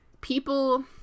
people